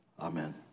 Amen